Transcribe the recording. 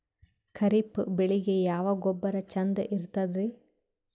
ಖರೀಪ್ ಬೇಳಿಗೆ ಯಾವ ಗೊಬ್ಬರ ಚಂದ್ ಇರತದ್ರಿ?